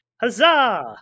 Huzzah